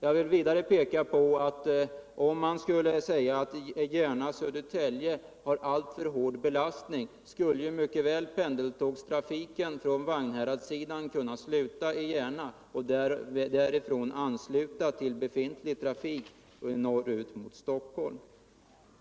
Jag vill vidare peka på att om man skulle säga att sträckan Järna-Södertälje har alltför hård belastning, skulle ett motargument mycket väl kunna vara att pendeltågstrafiken från Vagnhäradssidan kan sluta i Järna, med anslutning därifrån till befintlig trafik norrut mot Stockholm.